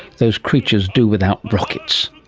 those creatures do without rockets.